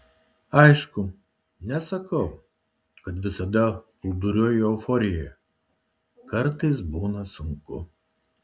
aišku nesakau kad visada plūduriuoju euforijoje kartais būna sunku